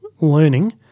learning